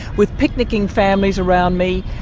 with picnicking families around me,